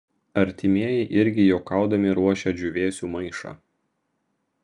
artimieji irgi juokaudami ruošia džiūvėsių maišą